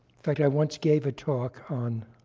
fact, i once gave a talk on